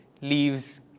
leaves